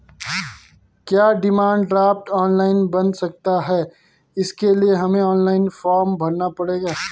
क्या demand draft online बन सकता है इसके लिए हमें ऑनलाइन फॉर्म भरना पड़ेगा?